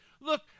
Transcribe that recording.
Look